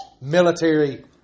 military